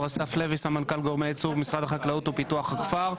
סמנכ"ל גורמי ייצור במשרד החקלאות ופיתוח הכפר.